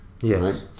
Yes